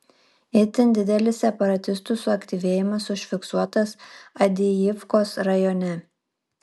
itin didelis separatistų suaktyvėjimas užfiksuotas avdijivkos rajone